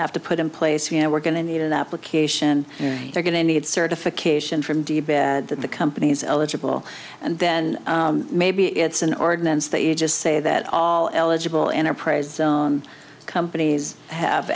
have to put in place you know we're going to need an application they're going to need certification from db in the companies eligible and then maybe it's an ordinance that you just say that all eligible enterprise companies have